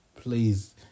please